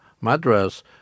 Madras